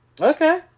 Okay